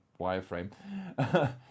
wireframe